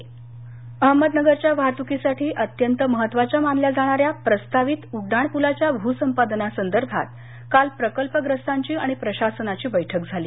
अहमदनगर अहमदनगरच्या वाहतुकीसाठी अत्यंत महत्त्वाच्या मानल्या जाणाऱ्या प्रस्तावित उड्डाणपुलाच्या भूसंपादना संदर्भात काल प्रकल्पग्रस्तांची आणि प्रशासनाची बैठक झाली